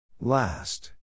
Last